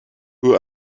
who